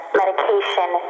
medication